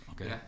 okay